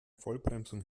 vollbremsung